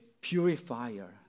purifier